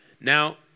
Now